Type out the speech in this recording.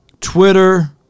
twitter